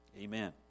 Amen